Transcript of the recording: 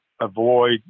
avoid